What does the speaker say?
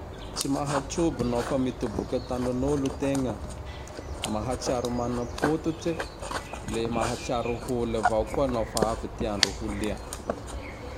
Tsy mahatrobo nao mitoboky antanin'olo ategna. Mahatsiaro mana-pototse, le mahatsiaro holy avao koa nao fa avy ty andro holia.